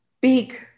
big